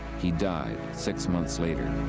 he died, six months later,